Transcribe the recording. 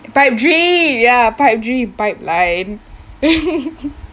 pipe dream ya pipe dream pipeline